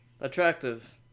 attractive